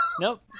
nope